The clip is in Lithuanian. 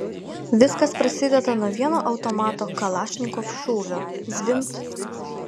viskas prasideda nuo vieno automato kalašnikov šūvio zvimbt